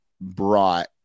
brought